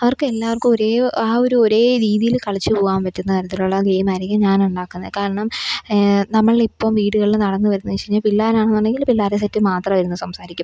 അവർക്കെല്ലാവര്ക്കുമൊരേ ആ ഒരു ഒരേ രീതിയില് കളിച്ചുപോവാന് പറ്റുന്ന തരത്തിലുള്ള ഗെയിമായിരിക്കും ഞാനുണ്ടാക്കുന്നേ കാരണം നമ്മളിപ്പോള് വീടുകളില് നടന്നുവരുന്ന വെച്ചേഴിഞ്ഞാ പിള്ളാരാണെന്നുണ്ടെങ്കിൽ പിള്ളാരെ സെറ്റ് മാത്രം ഇരുന്ന് സംസാരിക്കും